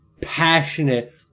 passionate